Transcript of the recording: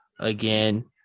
Again